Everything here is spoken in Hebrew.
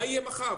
מה יהיה מחר?